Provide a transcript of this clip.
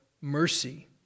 mercy